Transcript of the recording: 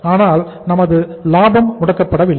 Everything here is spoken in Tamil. ஆனால் நமது லாபம் முடக்கப் படவில்லை